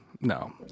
no